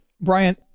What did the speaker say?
Brian